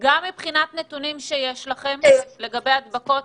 גם לגבי נתונים שיש לכם לגבי הדבקות.